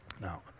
Now